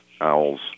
owls